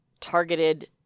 targeted